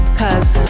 cause